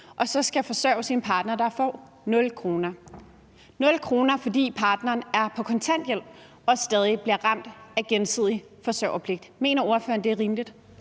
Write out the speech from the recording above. og så skal forsørge sin partner, der får 0 kr., fordi partneren er på kontanthjælp og stadig bliver ramt af gensidig forsørgerpligt. Mener ordføreren, det er rimeligt?